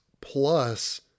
plus